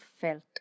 felt